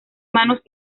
manos